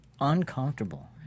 uncomfortable